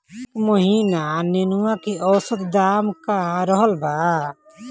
एह महीना नेनुआ के औसत दाम का रहल बा?